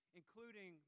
including